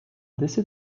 décès